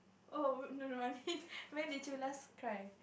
oh no no I mean when did you last cry